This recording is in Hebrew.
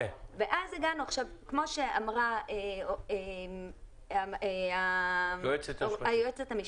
כמו שאמרה היועצת המשפטית,